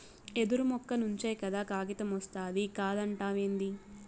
యెదురు మొక్క నుంచే కదా కాగితమొస్తాది కాదంటావేంది